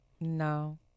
No